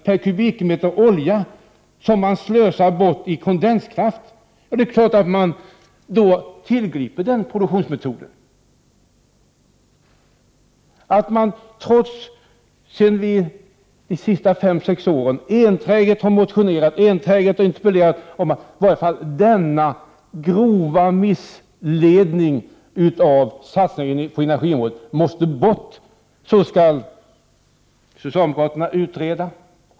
per kubikmeter olja som man slösar bort i kondenskraft! Det är klart att man då tillgriper den produktionsmetoden. Trots att vi de senaste fem-sex åren enträget har motionerat och interpellerat om att åtmistone denna grova missledning av satsningen på energiområdet måste undanröjas skall socialdemokraterna bara utreda.